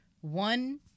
One